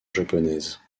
japonaise